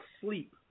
sleep